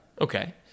Okay